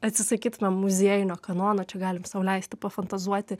atsisakytumėm muziejinio kanono čia galim sau leisti pafantazuoti